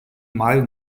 mild